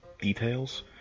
details